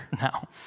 now